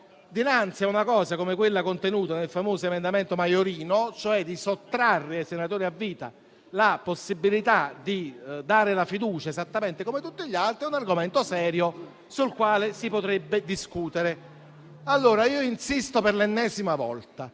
una proposta come quella contenuta nel famoso emendamento della senatrice Maiorino, cioè di sottrarre ai senatori a vita la possibilità di dare la fiducia esattamente come tutti gli altri, è un argomento serio sul quale si potrebbe discutere. Insisto quindi per l'ennesima volta: